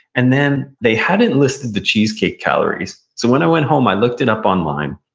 and then they hadn't listed the cheesecake calories, so when i went home i looked it up online,